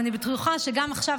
אני בטוחה שגם עכשיו,